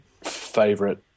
favorite